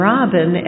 Robin